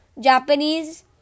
Japanese